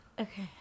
Okay